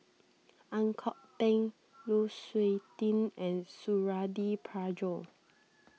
Ang Kok Peng Lu Suitin and Suradi Parjo